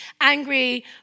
angry